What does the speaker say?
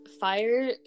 fire